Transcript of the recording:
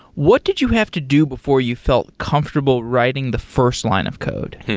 what did you have to do before you felt comfortable writing the first line of code?